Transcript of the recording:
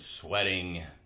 sweating